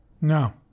No